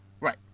Right